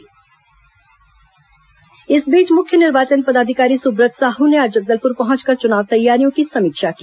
सुब्रत साहू समीक्षा इस बीच मुख्य निर्वाचन पदाधिकारी सुब्रत साह ने आज जगदलपुर पहुंचकर चुनाव तैयारियों की समीक्षा की